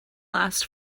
last